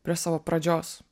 prie savo pradžios